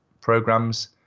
programs